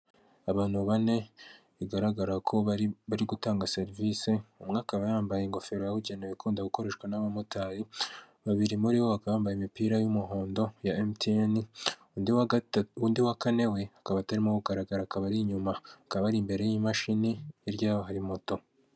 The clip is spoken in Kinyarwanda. Umuhanda wa kaburimbo cyangwa se w'umukara uri gukoreshwa n'ibinyabiziga bitandukanye, bimwe muri byo ni amagare abiri ahetse abagenzi ikindi nii ikinyabiziga kiri mu ibara ry'umweru cyangwa se ikamyo kikoreye inyuma imizigo bashumikishije itente cyangwa se igitambaro cy'ubururu.